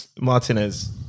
Martinez